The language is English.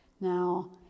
Now